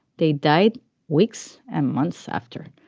they died weeks and months after.